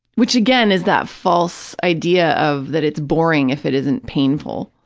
which, again, is that false idea of that it's boring if it isn't painful.